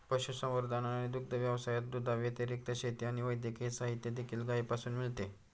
पशुसंवर्धन आणि दुग्ध व्यवसायात, दुधाव्यतिरिक्त, शेती आणि वैद्यकीय साहित्य देखील गायीपासून मिळते